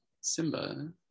Simba